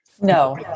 no